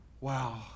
Wow